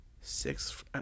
six